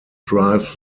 drive